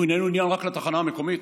הוא איננו עניין רק לתחנה המקומית,